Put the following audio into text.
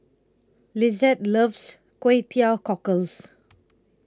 Lizeth loves Kway Teow Cockles